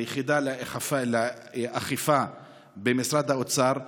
היחידה לאכיפה במשרד האוצר,